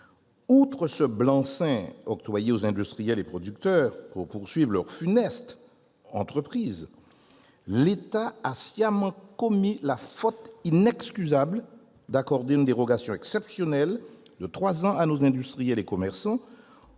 Outre ce blanc-seing octroyé aux industriels et producteurs pour poursuivre leur funeste entreprise, l'État a sciemment commis la faute inexcusable d'accorder une dérogation exceptionnelle de trois ans supplémentaires à nos industriels et commerçants